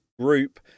group